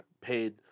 paid